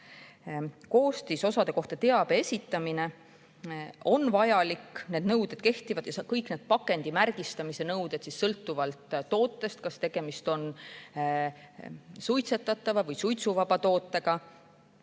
Koostisosade kohta teabe esitamine on vajalik, need nõuded kehtivad. Ja kõik need pakendi märgistamise nõuded sõltuvad tootest, kas tegemist on suitsetatava või suitsuvaba tootega.